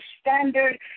standard